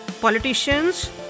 Politicians